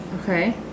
Okay